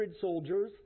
soldiers